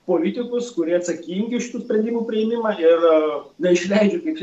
politikus kurie atsakingi už tų sprendimų priėmimą ir neišleidžiu kaip